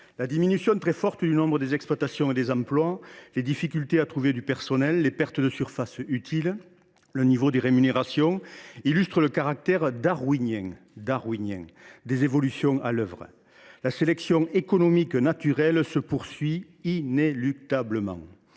La diminution très forte du nombre d’exploitations et d’emplois, les difficultés à recruter du personnel, les pertes de surface utile ou encore le niveau des rémunérations illustrent le caractère darwinien des évolutions à l’œuvre. La sélection économique naturelle se poursuit inéluctablement